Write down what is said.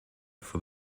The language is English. for